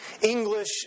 English